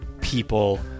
people